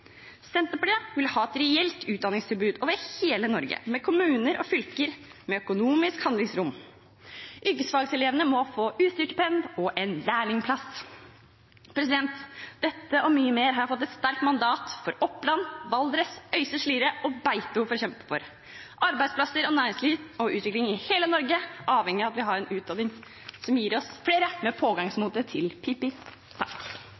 Senterpartiet vil ha et reelt utdanningstilbud over hele Norge, med kommuner og fylker med økonomisk handlingsrom. Yrkesfagelever må få økt utstyrsstipend og lærlingplass. Dette og mye mer har jeg fått et sterkt mandat for fra Oppland, Valdres, Øystre Slidre og Beito for å kjempe for. Arbeidsplasser, næringsliv og utvikling i hele Norge avhenger av at vi har en utdanning som gir oss flere med